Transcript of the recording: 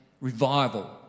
revival